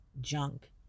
junk